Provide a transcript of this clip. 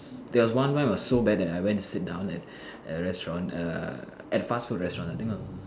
there was one time it was so bad that I went to sit down and at a restaurant err at a fast food restaurant I think I was